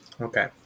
Okay